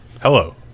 hello